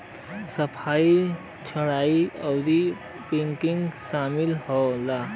सफाई छंटाई आउर पैकिंग सामिल होला